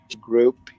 ...group